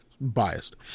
Biased